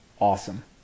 awesome